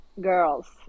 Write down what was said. girls